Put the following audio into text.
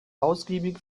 ausgiebig